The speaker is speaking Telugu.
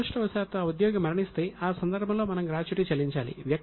దురదృష్టవశాత్తు ఆ ఉద్యోగి మరణిస్తే ఆ సందర్భంలో మనం గ్రాట్యుటీ చెల్లించాలి